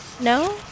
No